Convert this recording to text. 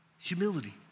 humility